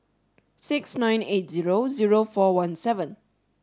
six nine eight zero zero four one seven